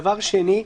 דבר שני,